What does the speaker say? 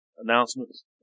Announcements